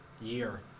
year